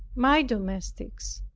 my domestics,